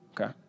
Okay